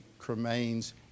cremains